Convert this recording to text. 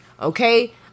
okay